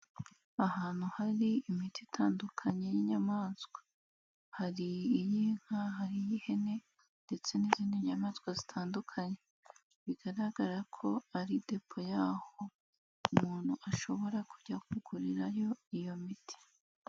Ahantu hari imiti itandukanye y'inyamaswa, hari iy'inka, hari iy'ihene ndetse n'izindi nyamaswa zitandukanye, bigaragara ko ari depo y'aho umuntu ashobora kujya kugurirayo iyo miti.